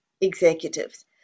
executives